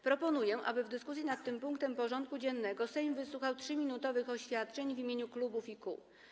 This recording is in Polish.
Proponuję, aby w dyskusji nad tym punktem porządku dziennego Sejm wysłuchał 3-minutowych oświadczeń w imieniu klubów i kół.